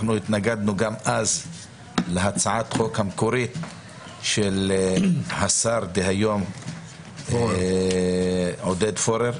התנגדנו גם אז להצעת החוק המקורית של השר דהיום עודד פורר,